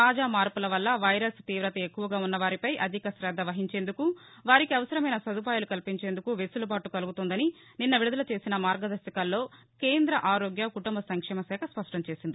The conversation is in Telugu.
తాజా మార్పుల వల్ల వైరస్ తీవత ఎక్కువగా ఉన్న వారిపై అధిక తద్ద వహించేందుకు వారికి సరైన సదుపాయాలు కల్పించేందుకు వెసులుబాటు కలుగుతుందని నిన్న విడుదల చేసిన మార్గదర్శకాల్లో కేంద్రద ఆరోగ్య కుటుంబ సంక్షేమశాఖ స్పష్టం చేసింది